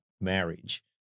marriage